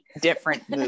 different